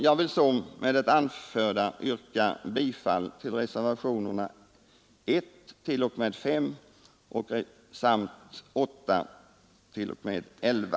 Jag vill med det anförda yrka bifall till reservationerna 1;2,3,4,5,6; 910 och 11;